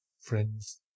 Friends